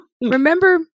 Remember